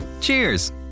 Cheers